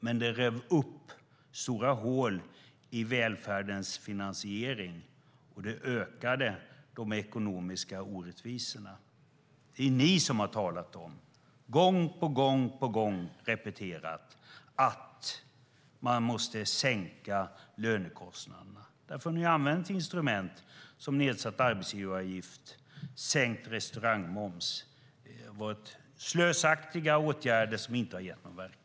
Men de rev upp stora hål i välfärdens finansiering, och det ökade de ekonomiska orättvisorna. Det är ni som gång på gång har talat om och repeterat att man måste sänka lönekostnaderna. Därför har ni använt instrument som nedsatt arbetsgivaravgift och sänkt restaurangmoms. Det har varit slösaktiga åtgärder som inte har gett någon verkan.